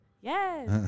yes